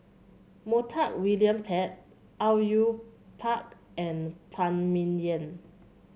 Montague William Pett Au Yue Pak and Phan Ming Yen